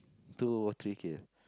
two or three kill